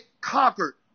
conquered